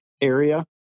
area